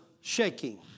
shaking